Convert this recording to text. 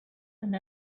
and